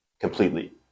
completely